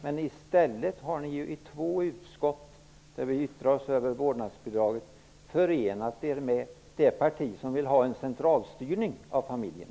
Men i stället har ni i två utskott, där man yttrat sig över vårdnadsbidraget, förenat er med det parti som vill ha en centralstyrning av familjen.